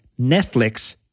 Netflix